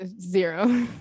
zero